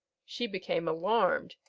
she became alarmed,